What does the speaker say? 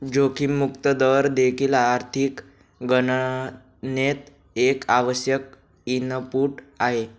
जोखीम मुक्त दर देखील आर्थिक गणनेत एक आवश्यक इनपुट आहे